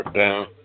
down